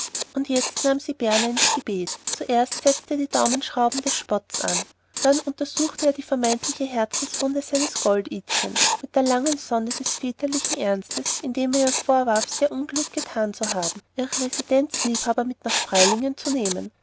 und jetzt nahm sie berner ins gebet zuerst setzte er die daumenschrauben des spottes an dann untersuchte er die vermeintliche herzenswunde seines gold idchens mit der langen sonde des väterlichen ernstes indem er ihr vorwarf sehr unklug getan zu haben ihre residenzliebhaber mit nach freilingen zu nehmen